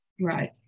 Right